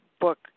book